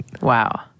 Wow